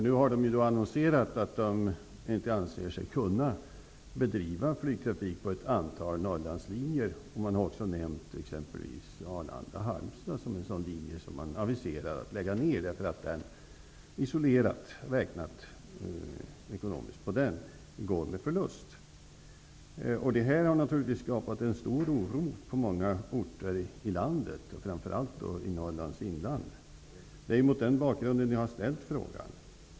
Nu har de annonserat att de inte anser sig kunna bedriva flygtrafik på ett antal Norrlandslinjer. Man har också nämnt Arlanda-- Halmstad som en sådan linje som man aviserar att lägga ned. Isolerat räknat går den med förlust. Detta har naturligtvis skapat stor oro på många orter i landet, framför allt i Norrlands inland. Det är mot den bakgrunden jag har ställt frågan.